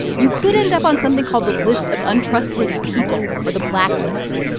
you could end up on something called the list of untrustworthy people or the blacklist.